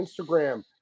Instagram